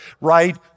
right